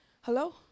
Hello